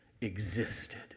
existed